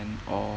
and or